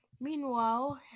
Meanwhile